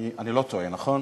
אני לא טועה, נכון?